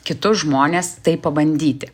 kitus žmones tai pabandyti